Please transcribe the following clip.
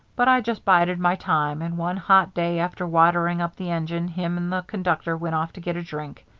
but i just bided my time, and one hot day after watering up the engine him and the conductor went off to get a drink.